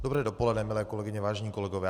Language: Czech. Dobré dopoledne, milé kolegyně, vážení kolegové.